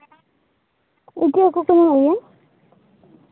ᱤᱪᱟᱹᱜ ᱦᱟᱹᱠᱩ ᱠᱚ ᱧᱟᱢᱚᱜ ᱜᱮᱭᱟ